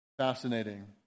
fascinating